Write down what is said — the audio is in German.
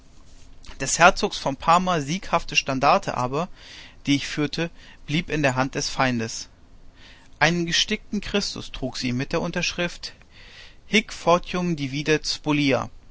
des herzogs von parma sieghafte standarte aber die ich führte blieb in der hand des feindes einen gestickten christus trug sie mit der umschrift hic fortium